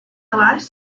last